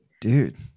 Dude